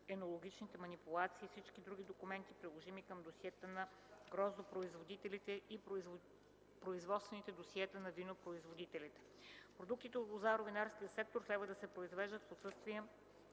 енологичните манипулации и всички други документи, приложими към досиетата на гроздопроизводителите и производствените досиета на винопроизводителите. Продуктите от лозаро-винарския сектор следва да се произвеждат в съответствие